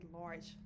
large